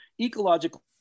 ecological